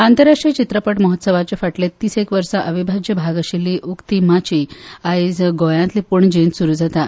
आंतरराष्ट्रीय चित्रपट महोत्सवाचे फाटल्या तिशेक वर्सा अविभाज्य भाग आशिल्ली उकती माची आयज गोंयांतले पणजेंत सुरू जाता